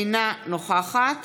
אינה נוכחת